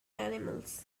animals